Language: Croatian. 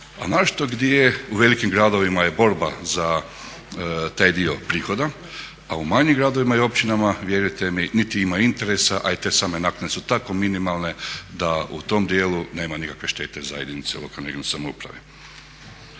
a naročito gdje je u velikim gradovima je borba za taj dio prihoda, a u manjim gradovima i općinama vjerujte mi niti ima interesa a i te same naknade su tako minimalne da u tom dijelu nema nikakve štete za jedinice lokalne samouprave.I